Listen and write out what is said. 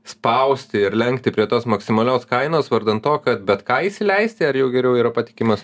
spausti ir lenkti prie tos maksimalios kainos vardan to kad bet ką įsileisti ar jau geriau yra patikimas